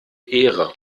ehre